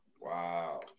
Wow